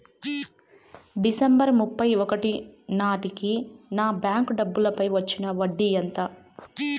December ముప్పై ఒకటి నాటేకి నా బ్యాంకు డబ్బుల పై వచ్చిన వడ్డీ ఎంత?